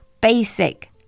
basic